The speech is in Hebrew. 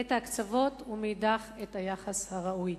גיסא את ההקצבות ומאידך גיסא את היחס הראוי.